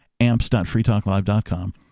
amps.freetalklive.com